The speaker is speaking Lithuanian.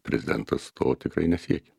prezidentas to tikrai nesiekia